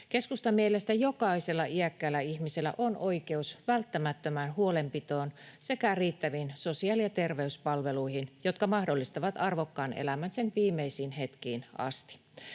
Keskustan mielestä jokaisella iäkkäällä ihmisellä on oikeus välttämättömään huolenpitoon sekä riittäviin sosiaali- ja terveyspalveluihin, jotka mahdollistavat arvokkaan elämän sen viimeisiin hetkiin asti.